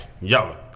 yo